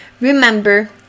Remember